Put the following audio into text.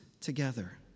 together